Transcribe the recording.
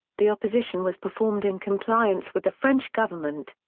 the opposition was performed in compliance with the french government.